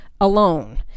alone